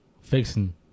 Fixing